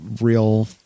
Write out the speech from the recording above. Real